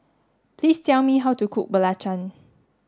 please tell me how to cook Belacan